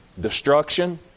destruction